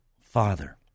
Father